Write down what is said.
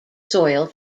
soil